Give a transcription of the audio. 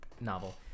novel